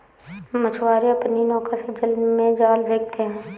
मछुआरे अपनी नौका से जल में जाल फेंकते हैं